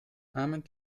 armin